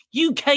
UK